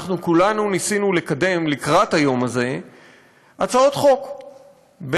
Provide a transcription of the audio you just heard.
אנחנו כולנו ניסינו לקדם לקראת היום הזה הצעות חוק,